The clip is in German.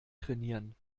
trainieren